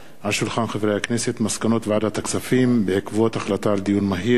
על שולחן הכנסת מסקנות ועדת הכספים בעקבות דיון מהיר בנושא: